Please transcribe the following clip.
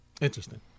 Interesting